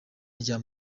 rya